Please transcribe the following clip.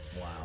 Wow